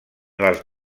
les